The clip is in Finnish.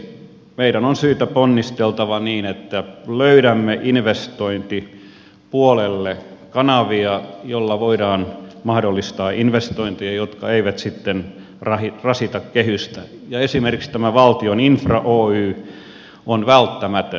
meidän on syytä ponnistella niin että löydämme investointipuolelle kanavia joilla voidaan mahdollistaa investointeja jotka eivät sitten rasita kehystä ja esimerkiksi tämä valtion infra oy on välttämätön